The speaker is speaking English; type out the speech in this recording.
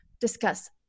discuss